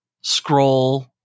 scroll